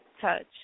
Touch